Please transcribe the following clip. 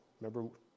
Remember